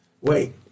Wait